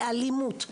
לאלימות,